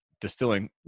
distilling